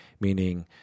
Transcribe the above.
meaning